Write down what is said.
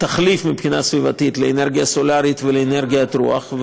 תחליף מבחינה סביבתית לאנרגיה סולרית ולאנרגית הרוח,